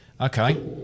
Okay